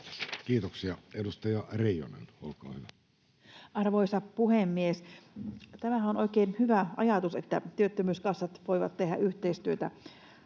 Kiitoksia. — Edustaja Reijonen, olkaa hyvä. Arvoisa puhemies! Tämähän on oikein hyvä ajatus, että työttömyyskassat voivat tehdä yhteistyötä